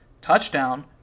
touchdown